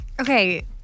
Okay